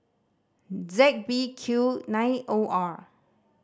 Z B Q nine O R